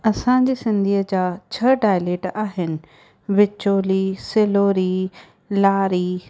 असांजे सिंधीअ जा छह डाइलेट आहिनि विचोली सिलोरी लारी